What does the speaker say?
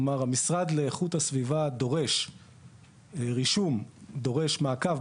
המשרד לאיכות הסביבה דורש רישום, דורש מעקב.